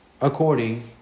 according